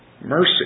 mercy